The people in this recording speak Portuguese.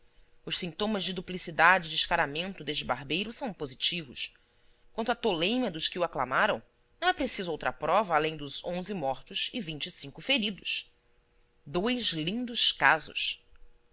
os sintomas de duplicidade e descaramento deste barbeiro são positivos quanto à toleima dos que o aclamaram não é preciso outra prova além dos onze mortos e vinte e cinco feridos dois lindos casos